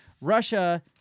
Russia